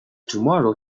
tomorrow